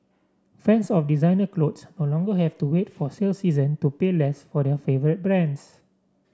fans of designer clothes no longer have to wait for sale season to pay less for their favourite brands